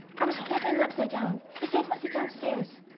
i was holding it upside down! the safe must be downstairs!